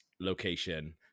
location